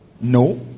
no